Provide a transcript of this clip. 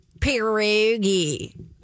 Pierogi